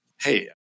hey